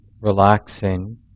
relaxing